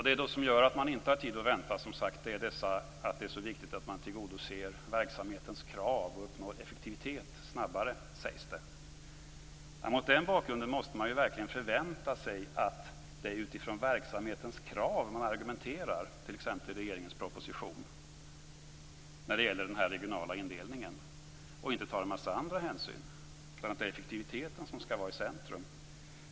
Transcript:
Det som gör att man inte har tid att vänta är, som sagt, att det är så viktigt att man tillgodoser verksamhetens krav och snabbare uppnår effektivitet. Mot den bakgrunden måste man verkligen förvänta sig att det är utifrån verksamhetens krav som man argumenterar - t.ex. i regeringens proposition - när det gäller den regionala indelningen och inte tar en massa andra hänsyn. Det är alltså effektiviteten som skall stå i centrum.